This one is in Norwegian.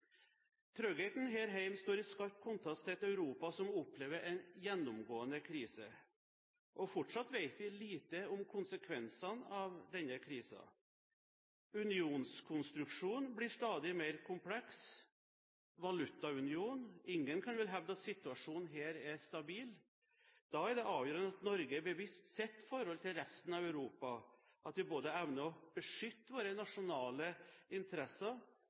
Tryggheten her hjemme står i skarp kontrast til et Europa som opplever en gjennomgående krise. Fortsatt vet vi lite om konsekvensene av denne krisen. Unionskonstruksjonen blir stadig mer kompleks – og valutaunionen. Ingen kan vel hevde at situasjonen her er stabil? Da er det avgjørende at Norge er bevisst sitt forhold til resten av Europa, at vi evner å beskytte våre nasjonale interesser,